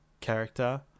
character